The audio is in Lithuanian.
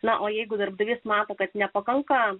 na o jeigu darbdavys mato kad nepakanka